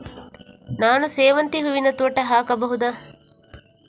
ನಾನು ಸೇವಂತಿ ಹೂವಿನ ತೋಟ ಹಾಕಬಹುದಾ?